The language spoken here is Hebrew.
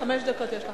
בבקשה, חמש דקות יש לך.